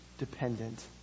dependent